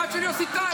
אחד של יוסי טייב.